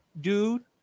dude